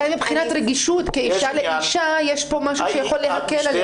אולי מבחינת רגישות כאישה לאישה יש פה משהו שיכול להקל עליה.